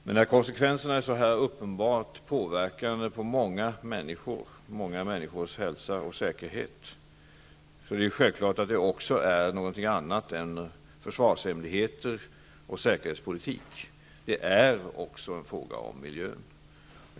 Men när konsekvenserna så här uppenbart påverkar många människors hälsa och säkerhet, är det självklart att det också handlar om någonting annat än försvarshemligheter och säkerhetspolitik. Det är också en fråga om miljön.